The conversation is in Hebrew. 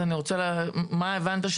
אני רוצה להבין - מה הבנת?